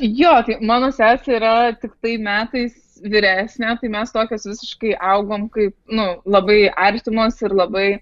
jo tai mano sesė yra tiktai metais vyresnė tai mes tokios visiškai augom kaip nu labai artimos ir labai